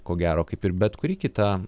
ko gero kaip ir bet kuri kita